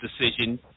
decision